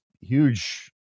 huge